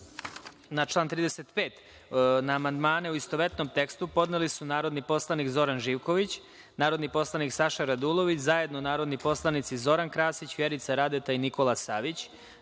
Na član 37. amandmane, u istovetnom tekstu, podneli su narodni poslanik Zoran Živković, narodni poslanik Saša Radulović, zajedno narodni poslanici Zoran Krasić, Vjerica Radeta i Nemanja Šarović,